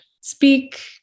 speak